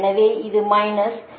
எனவே இது minus j 0